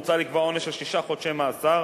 מוצע לקבוע עונש של שישה חודשי מאסר